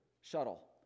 shuttle